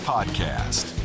Podcast